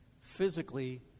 physically